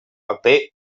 paper